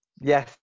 yes